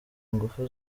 ingufu